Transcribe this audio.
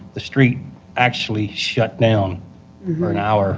the street actually shut down for an hour.